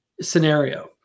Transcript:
scenario